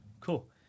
cool